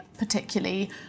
Particularly